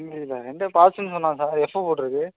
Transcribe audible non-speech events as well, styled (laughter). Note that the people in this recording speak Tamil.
(unintelligible) என்ட்ட பாஸ்ஸுன்னு சொன்னான் சார் எஃப்பு போட்டுருக்கு